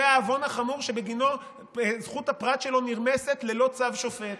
זה העוון החמור שבגינו זכות הפרט שלנו נרמסת ללא צו שופט,